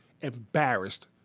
embarrassed